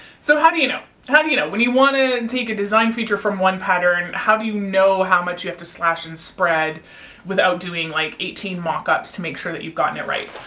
so how do you know? how do you know? when you want to take a design feature from one pattern, how do you know how much you have to slash and spread without doing like eighteen mock-ups to make sure that you've gotten it right.